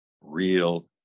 real